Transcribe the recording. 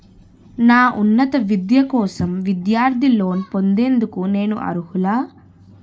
నా ఉన్నత విద్య కోసం విద్యార్థి లోన్ పొందేందుకు నేను అర్హులా?